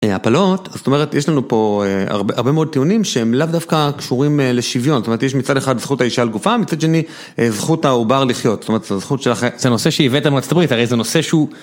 הפלות, זאת אומרת, יש לנו פה הרבה מאוד טיעונים שהם לאו דווקא קשורים לשוויון, זאת אומרת, יש מצד אחד זכות האישה על גופה, מצד שני, זכות העובר לחיות, זאת אומרת, זכות של החי... זה נושא שייבאתם מארצות הברית, הרי זה נושא שהוא...